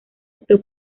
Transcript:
optó